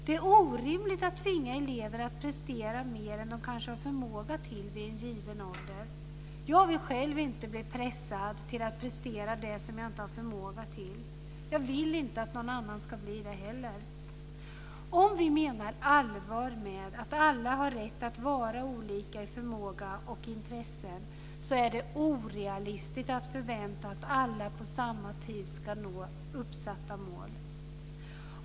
Det är orimligt att tvinga elever att prestera mer än de kanske har förmåga till vid en given ålder. Jag vill själv inte bli pressad till att prestera det som jag inte har förmåga till. Jag vill inte att någon annan ska bli det heller. Om vi menar allvar med att alla har rätt att vara olika i förmåga och intressen är det orealistiskt att förvänta sig att alla på samma tid ska nå uppsatta mål.